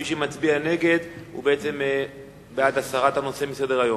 מי שמצביע נגד, הוא בעד הסרת הנושא מסדר-היום.